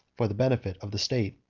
for the benefit of the state.